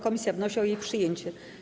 Komisja wnosi o jej przyjęcie.